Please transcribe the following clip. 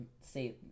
say